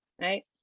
right